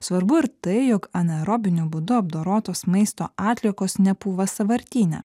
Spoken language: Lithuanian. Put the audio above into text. svarbu ir tai jog anaerobiniu būdu apdorotos maisto atliekos nepūva sąvartyne